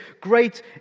great